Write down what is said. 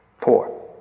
Poor